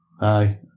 Aye